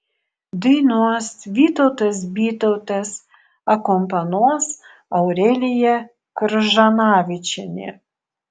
dainuos vytautas bytautas akompanuos aurelija kržanavičienė